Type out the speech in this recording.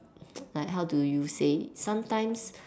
like how do you say sometimes